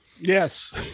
Yes